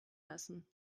lassen